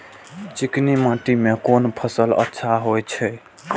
चिकनी माटी में कोन फसल अच्छा होय छे?